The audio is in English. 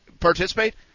participate